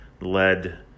led